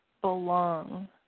belong